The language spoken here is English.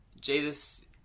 Jesus